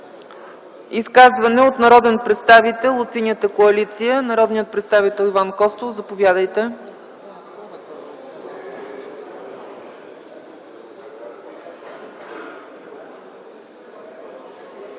изказване от народен представител от Синята коалиция – народният представител Иван Костов. Заповядайте.